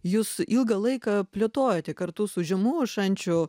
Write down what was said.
jūs ilgą laiką plėtojote kartu su žemųjų šančių